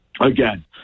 again